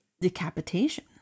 decapitation